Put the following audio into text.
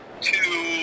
two